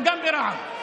וגם ברע"מ,